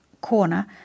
corner